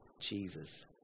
Jesus